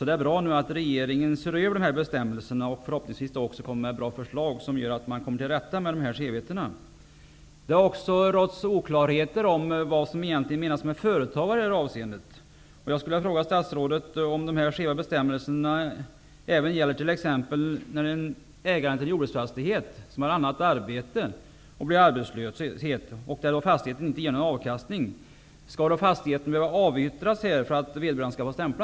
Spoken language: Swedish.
Det är bra att regeringen ser över bestämmelserna och förhoppningsvis kommer med bra förslag som gör att man kan komma till rätta med skevheterna. Det är har också varit oklart om vad som egentligen menas med ''företagare'' i det här avseendet. Jag skulle vilja fråga statsrådet om de här skeva bestämmelserna även gäller t.ex. för en ägare till en jordbruksfastighet som har annat arbete och som blir arbetslös i ett fall då fastigheten inte ger någon avkastning. Skall vederbörande behöva avyttra fastigheten för att få stämpla?